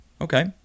Okay